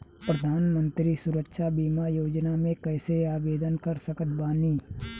प्रधानमंत्री सुरक्षा बीमा योजना मे कैसे आवेदन कर सकत बानी?